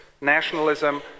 Nationalism